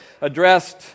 addressed